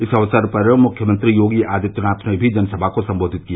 इस अवसर पर मुख्यमंत्री योगी आदित्यनाथ ने भी जनसभा को संबोधित किया